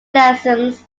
lessens